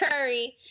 curry